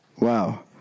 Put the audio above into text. Wow